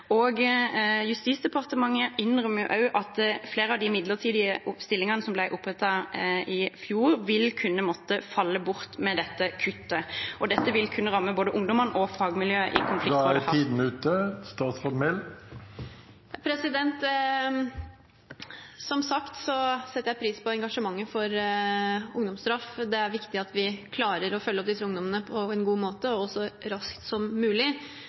Justisdepartementet innrømmer jo at flere av de midlertidige stillingene som ble opprettet i fjor, vil kunne måtte falle bort med dette kuttet, og dette vil kunne ramme både ungdommene og fagmiljøer … Da er tiden ute. Som sagt setter jeg pris på engasjementet for ungdomsstraff. Det er viktig at vi klarer å følge opp disse ungdommene på en god måte og så raskt som mulig.